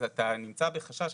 אז אתה נמצא בחשש,